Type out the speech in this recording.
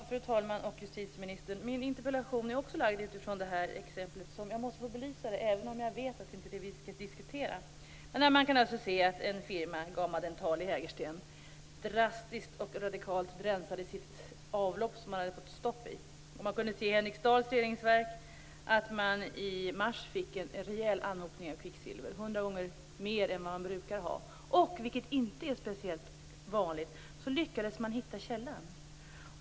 Fru talman och justitieministern! Också min interpellation utgår från det exempel som Sven Bergström tog upp. Jag måste därför få belysa det, även om jag vet att det inte är det vi skall diskutera. En firma, GAMA Dental i Hägersten, rensade drastiskt och radikalt sitt avlopp, som man hade fått stopp i. I Henriksdals reningsverk fick man i mars en rejäl anhopning av kvicksilver, hundra gånger mer än vad man brukar ha, och - vilket inte är speciellt vanligt - man lyckades hitta källan.